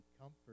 comfort